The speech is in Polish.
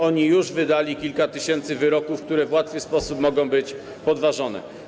Oni już wydali kilka tysięcy wyroków, które w łatwy sposób mogą być podważone.